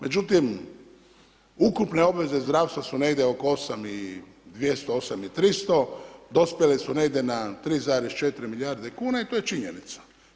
Međutim, ukupne obveze zdravstva su negdje oko 8 i 200, 8 i 300, dospjele su negdje na 3,4 milijarde kuna i to je činjenica.